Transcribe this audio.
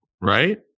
right